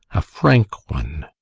a frank one.